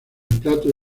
plato